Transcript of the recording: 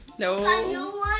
No